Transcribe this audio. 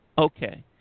Okay